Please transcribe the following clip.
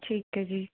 ਠੀਕ ਹੈ ਜੀ